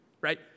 right